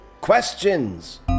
questions